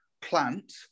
plant